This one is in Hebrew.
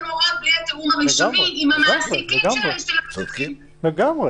הוראות בלי התיאום הראשוני עם המעסיקים של עובדי הרשות.